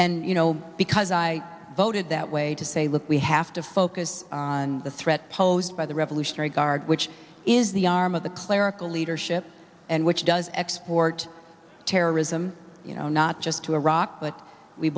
and you know because i voted that way to say look we have to focus on the threat posed by the revolution guard which is the arm of the clerical leadership and which does export terrorism you know not just to iraq but we